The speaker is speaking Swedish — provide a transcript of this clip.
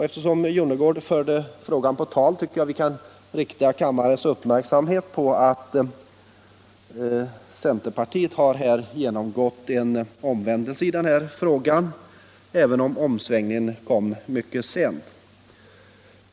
Eftersom herr Jonnergård förde frågan på tal, tycker jag att vi kan rikta kammarens uppmärksamhet på att centerpartiet har genomgått en omvändelse i denna fråga, även om den kom mycket sent.